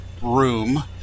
room